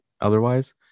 otherwise